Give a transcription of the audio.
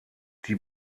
die